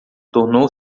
tornou